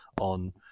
on